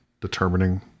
determining